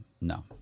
no